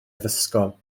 addysgol